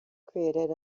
created